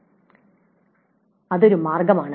അത് ഒരു മാർഗ്ഗമാണ്